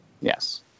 Yes